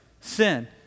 sin